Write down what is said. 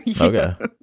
Okay